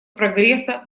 прогресса